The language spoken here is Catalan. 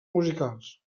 musicals